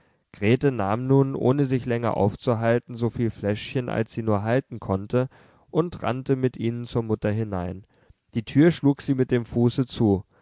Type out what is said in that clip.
grete nahm nun ohne sich länger aufzuhalten soviel fläschchen als sie nur halten konnte und rannte mit ihnen zur mutter hinein die tür schlug sie mit dem fuße zu